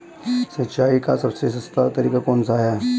सिंचाई का सबसे सस्ता तरीका कौन सा है?